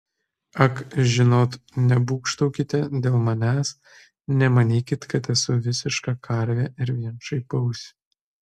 ak žinot nebūgštaukite dėl manęs nemanykit kad esu visiška karvė ir vien šaipausi